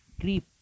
creep